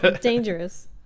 Dangerous